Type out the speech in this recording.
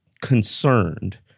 concerned